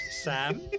Sam